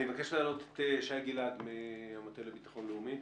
אני מבקש להעלות את שי גלעד מהמטה לביטחון לאומי.